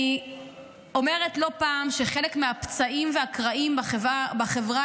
אני אומרת לא פעם שחלק מהפצעים והקרעים בחברה